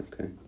Okay